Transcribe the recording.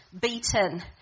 beaten